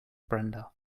brenda